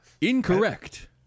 Incorrect